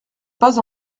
pas